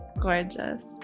gorgeous